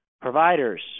providers